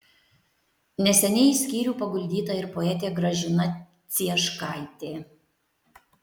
neseniai į skyrių paguldyta ir poetė gražina cieškaitė